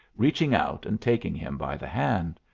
reaching out and taking him by the hand.